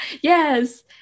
yes